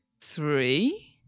three